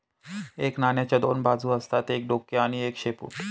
एका नाण्याच्या दोन बाजू असतात एक डोक आणि एक शेपूट